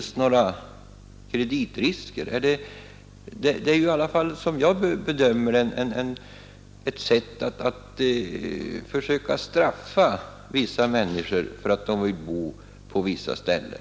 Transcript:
Som jag bedömer det är det annars ett sätt att straffa vissa människor för att de vill bo på vissa ställen.